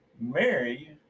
Mary